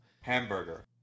hamburger